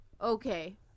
Okay